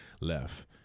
left